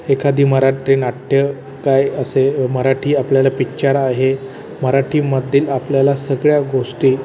एखादी मराठी नाट्य काय असे मराठी आपल्याला पिच्चर आहे मराठीमध्ये आपल्याला सगळ्या गोष्टी